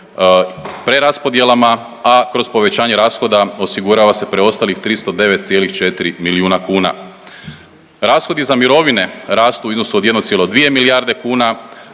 preraspodjelama, a kroz povećanje rashoda osigurava se preostalih 309,4 milijuna kuna. Rashodi za mirovine rastu u iznosu od 1,2 milijarde kuna,